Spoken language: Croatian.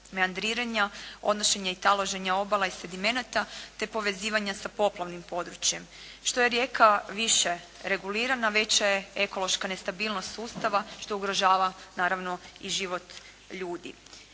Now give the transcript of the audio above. meandriranja, odnošenje i taloženje obala i sedimenata te povezivanja sa poplavnim područjem. Što je rijeka više regulirana veća je ekološka nestabilnost sustava što ugrožava naravno i život ljudi.